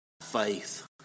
faith